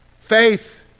Faith